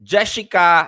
Jessica